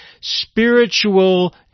spiritual